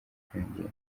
kwiyongera